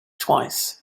twice